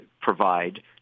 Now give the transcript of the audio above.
provide